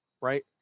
right